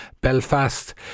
Belfast